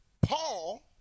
Paul